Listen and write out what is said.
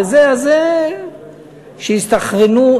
אז שיסתנכרנו,